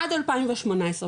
עד 2018,